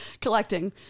Collecting